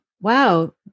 Wow